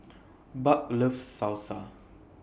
Buck loves Salsa